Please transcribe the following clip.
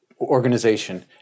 organization